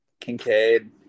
Kincaid